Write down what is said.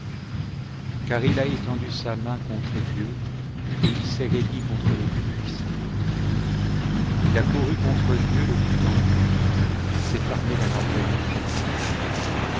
car il a étendu sa main contre dieu et il s'est raidi contre le tout-puissant il a couru contre dieu le cou tendu il s'est armé d'un orgueil inflexible